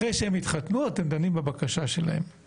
אחרי שהם התחתנו אתם דנים בבקשה שלהם,